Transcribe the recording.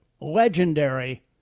legendary